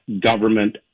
government